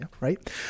right